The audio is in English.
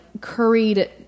curried